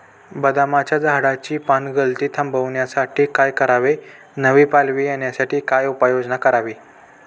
बदामाच्या झाडाची पानगळती थांबवण्यासाठी काय करावे? नवी पालवी येण्यासाठी काय उपाययोजना करावी?